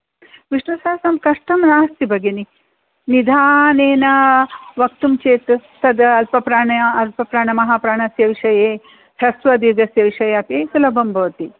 विष्णुसहस्रनामं कष्टं नास्ति भगिनि निधानेन वक्तुं चेत् तत् अल्पप्राणः अल्पप्राणमहाप्राणस्य विषये ह्रस्वदीर्घस्य विषये अपि सुलभं भवति